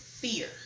fear